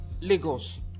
lagos